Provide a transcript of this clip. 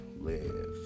live